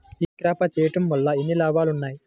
ఈ క్రాప చేయుట వల్ల ఎన్ని లాభాలు ఉన్నాయి?